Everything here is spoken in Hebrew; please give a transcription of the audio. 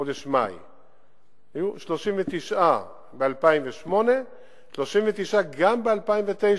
היו 39 ב-2008 ו-39 גם ב-2009,